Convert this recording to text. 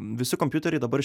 visi kompiuteriai dabar